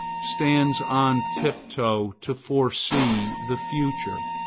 stands on tiptoe to foresee the future.